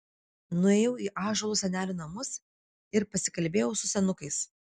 nuėjau į ąžuolo senelių namus ir pasikalbėjau su senukais